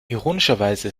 ironischerweise